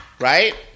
Right